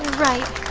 right.